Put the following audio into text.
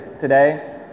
Today